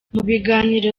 biganiro